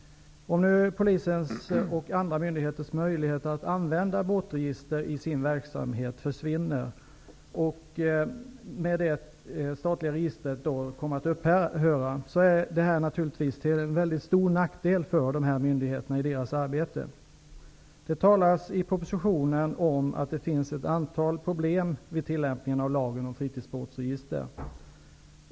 Om nu polisens och andra myndigheters möjlighet att använda båtregister i sin verksamhet försvinner i och med att det statliga registret kommer att upphöra är det naturligtvis till mycket stor nackdel för myndigheterna i deras arbete. Det talas i propositionen om att det finns ett antal problem vid tillämpningen av lagen om fritidsbåtsregister.